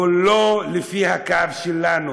הוא לא לפי הקו שלנו.